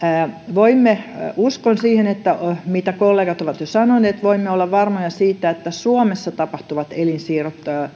uskon siihen mitä kollegat ovat jo sanoneet että voimme olla varmoja siitä että suomessa tapahtuvat elinsiirrot